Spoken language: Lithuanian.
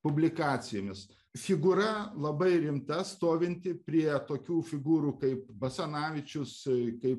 publikacijomis figūra labai rimta stovinti prie tokių figūrų kaip basanavičius kaip